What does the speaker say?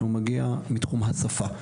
שהוא מגיע מתחום השפה.